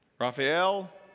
Raphael